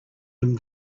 him